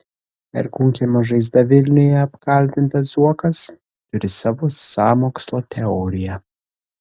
perkūnkiemio žaizda vilniuje apkaltintas zuokas turi savo sąmokslo teoriją